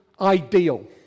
ideal